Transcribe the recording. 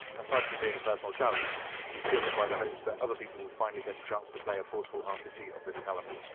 aside from being a personal challenge, she's driven by the hopes that other people will finally get a chance to play a portable rpg of this caliber.